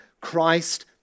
Christ